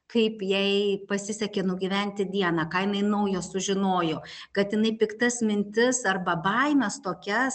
kaip jai pasisekė nugyventi dieną ką jinai naujo sužinojo kad jinai piktas mintis arba baimes tokias